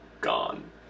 gone